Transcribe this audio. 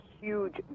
huge